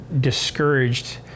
discouraged